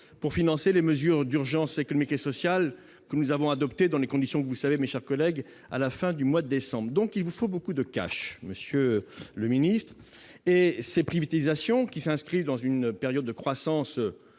pour financer les mesures d'urgence économiques et sociales que nous avons adoptées dans les conditions que vous savez, mes chers collègues, à la fin du mois de décembre. Donc, il vous faut beaucoup de, monsieur le ministre, et ces privatisations, qui s'inscrivent dans une période de croissance